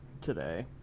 today